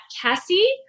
cassie